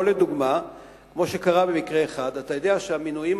או לדוגמה כמו שקרה במקרה אחד: אתה יודע שהמינויים